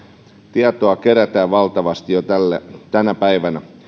tietoa kerätään valtavasti jo tänä päivänä